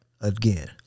again